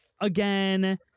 again